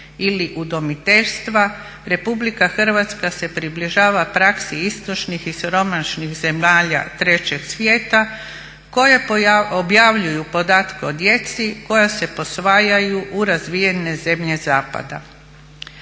ili udomiteljstva Republika Hrvatska se približava praksi istočnih i siromašnih zemalja trećeg svijeta koje objavljuju podatke o djeci koja se posvajaju u razvijene zemlje zapada.